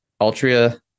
Altria